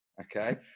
okay